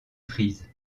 prise